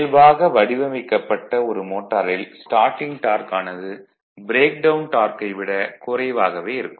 இயல்பாக வடிவமைக்கப்பட்ட ஒரு மோட்டாரில் ஸ்டார்ட்டிங் டார்க் ஆனது ப்ரேக்டவுன் டார்க்கை விட குறைவாகவே இருக்கும்